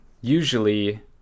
usually